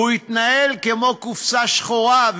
והוא יתנהל כמו קופסה שחורה,